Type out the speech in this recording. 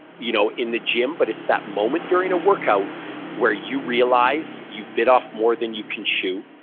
you know in the gym but it's that moment during a workout where you realize you bit off more than you can chew,